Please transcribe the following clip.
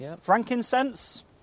Frankincense